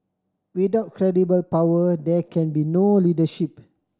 without credible power there can be no leadership